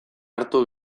hartu